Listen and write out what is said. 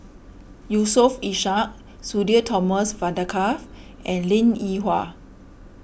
Yusof Ishak Sudhir Thomas Vadaketh and Linn in Hua